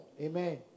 Amen